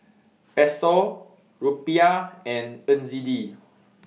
Peso Rupiah and N Z D